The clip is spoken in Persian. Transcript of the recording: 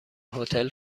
هتل